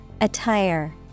Attire